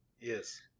Yes